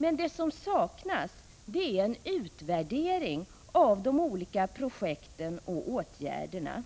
Men det som saknas är en utvärdering av de olika projekten och åtgärderna.